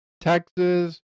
Texas